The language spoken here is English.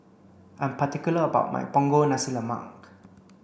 I'm particular about my Punggol Nasi Lemak